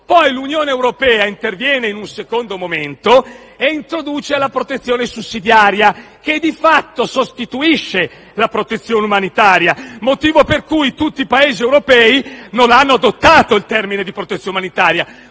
L'Unione europea è intervenuta in un secondo momento e ha introdotto la protezione sussidiaria, che di fatto sostituisce la protezione umanitaria, motivo per cui tutti i Paesi europei non hanno adottato la terminologia «protezione umanitaria».